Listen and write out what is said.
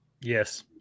Yes